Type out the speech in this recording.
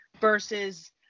versus